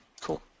Cool